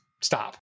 stop